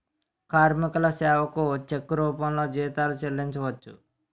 కార్మికుల సేవకు చెక్కు రూపంలో జీతాలు చెల్లించవచ్చు